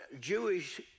Jewish